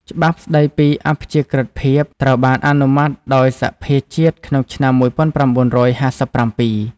ច្បាប់ស្តីពីអព្យាក្រឹតភាពត្រូវបានអនុម័តដោយសភាជាតិក្នុងឆ្នាំ ១៩៥៧។